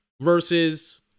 versus